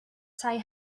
tai